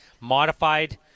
modified